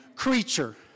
creature